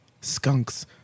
skunks